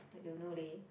I don't know leh